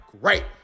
great